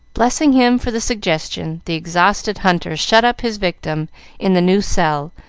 blessing him for the suggestion, the exhausted hunter shut up his victim in the new cell,